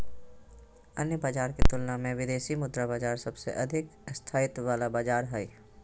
अन्य बाजार के तुलना मे विदेशी मुद्रा बाजार सबसे अधिक स्थायित्व वाला बाजार हय